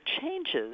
changes